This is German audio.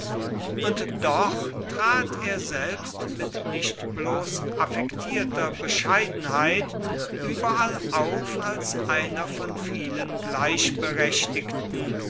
und doch trat er selbst mit nicht bloß affektierter bescheidenheit überall auf als einer von vielen gleichberechtigten